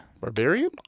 Barbarian